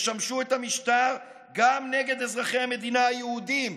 ישמשו את המשטר גם נגד אזרחי המדינה היהודים,